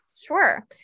Sure